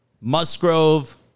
Musgrove